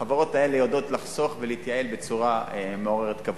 והחברות האלה יודעות לחסוך ולהתייעל בצורה מעוררת כבוד.